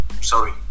Sorry